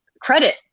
credit